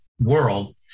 world